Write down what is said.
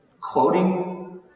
quoting